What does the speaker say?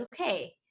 okay